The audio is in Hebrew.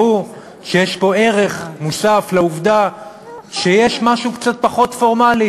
ברור שיש פה ערך מוסף לעובדה שיש משהו קצת פחות פורמלי